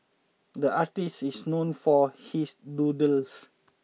the artist is known for his doodles